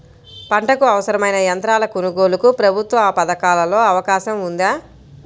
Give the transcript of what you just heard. పంటకు అవసరమైన యంత్రాల కొనగోలుకు ప్రభుత్వ పథకాలలో అవకాశం ఉందా?